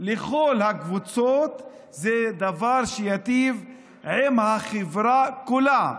לכל הקבוצות זה דבר שייטיב עם החברה כולה.